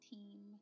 Team